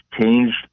changed